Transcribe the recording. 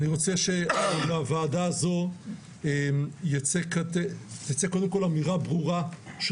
אני רוצה שמהוועדה הזאת תצא אמירה ברורה של